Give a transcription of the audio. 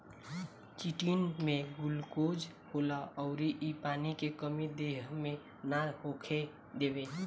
chitin में glucose होला अउर इ पानी के कमी देह मे ना होखे देवे